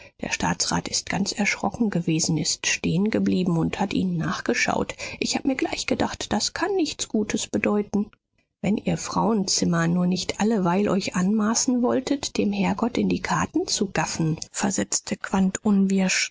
der staatsrat ist ganz erschrocken gewesen ist stehengeblieben und hat ihnen nachgeschaut ich hab mir gleich gedacht das kann nichts gutes bedeuten wenn ihr frauenzimmer nur nicht alleweil euch anmaßen wolltet dem herrgott in die karten zu gaffen versetzte